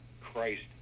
Christ